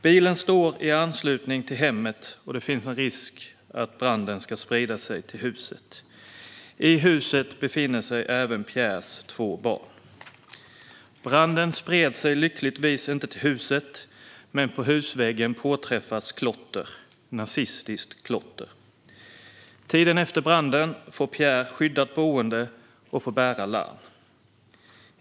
Bilen står i anslutning till hemmet, och det finns en risk att branden ska spridas till huset. I huset befinner sig även Pierres två barn. Branden spred sig lyckligtvis inte till huset, men på husväggen påträffades nazistiskt klotter. Tiden efter branden får Pierre skyddat boende och får bära larm.